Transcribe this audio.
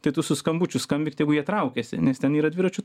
tai tu su skambučiu skambik tegu jie traukiasi nes ten yra dviračių